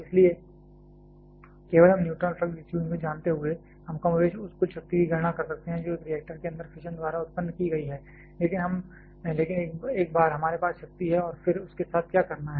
इसलिए केवल हम न्यूट्रॉन फ्लक्स डिस्ट्रीब्यूशन को जानते हुए हम कमोबेश उस कुल शक्ति की गणना कर सकते हैं जो एक रिएक्टर के अंदर फिशन द्वारा उत्पन्न की गई है लेकिन एक बार हमारे पास शक्ति है और फिर उसके साथ क्या करना है